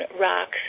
rocks